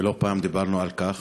ולא פעם דיברנו על כך,